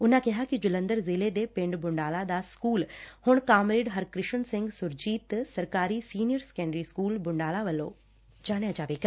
ਉਨਾਂ ਕਿਹਾ ਕਿ ਜਲੰਧਰ ਜ਼ਿਲੇ ਪਿੰਡ ਬੂੰਡਾਲਾ ਦਾ ਸਕਲ ਹੁਣ ਕਾਮਰੇਡ ਹਰਕ੍ਿਸ਼ਨ ਸੈਂਘ ਸੁਰਜੀਤ ਸਰਕਾਰੀ ਸੀਨੀਅਰ ਸੈਕੰਡਰੀ ਸਕੁਲ ਬੂੰਡਾਲਾ ਵਜੋਂ ਜਾਣਿਆ ਜਾਵੇਗਾ